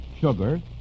sugar